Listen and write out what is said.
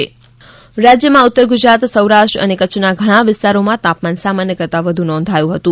હવામાન રાજ્યમાં ઉત્તર ગુજરાત સૌરાષ્ટ્ર અને કચ્છના ઘણા વિસ્તારોમાં તાપમાન સામાન્ય કરતા વધુ નોંધાયું હતું